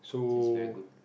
so is very good